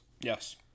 Yes